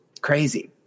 Crazy